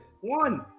One